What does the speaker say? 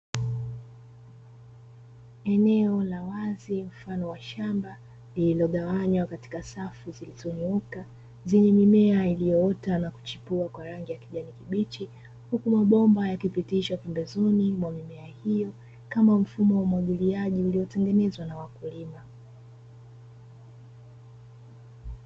Eneo la shamba lililogawanywa katika safu zilizonyoka zenye mimea iliyoota na kuchipua kwa rangi ya kijani kibichi, huku mabomba yakipitishwa pembezoni kama mfumo wa umwagiliaji uliotengenezwa na wakulima.